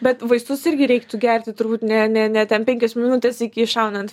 bet vaistus irgi reiktų gerti turbūt ne ne ne ten penkios minutės iki iššaunant